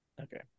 Okay